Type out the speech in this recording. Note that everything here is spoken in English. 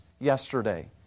yesterday